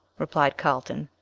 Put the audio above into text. replied carlton,